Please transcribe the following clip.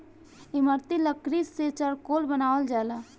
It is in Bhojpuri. इमारती लकड़ी से चारकोल बनावल जाला